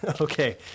Okay